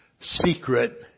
secret